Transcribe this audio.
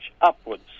upwards